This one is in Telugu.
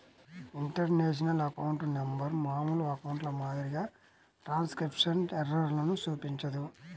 ఇంటర్నేషనల్ అకౌంట్ నంబర్ మామూలు అకౌంట్ల మాదిరిగా ట్రాన్స్క్రిప్షన్ ఎర్రర్లను చూపించదు